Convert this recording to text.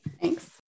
Thanks